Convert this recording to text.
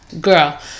girl